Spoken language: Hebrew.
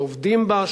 שעובדים בה,